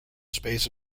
space